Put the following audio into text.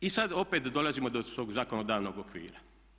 I sad opet dolazimo do svog zakonodavnog okvira.